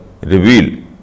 revealed